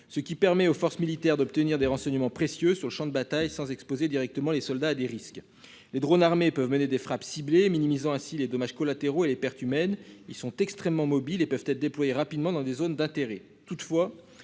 ce qui permet aux forces militaires d'obtenir des renseignements précieux sur le Champ de bataille sans exposer directement les soldats des risques. Les drônes armés peuvent mener des frappes ciblées, minimisant ainsi les dommages collatéraux et les pertes humaines. Ils sont extrêmement mobiles et peuvent être déployées rapidement dans des zones d'intérêt,